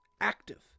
active